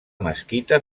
mesquita